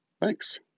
Thanks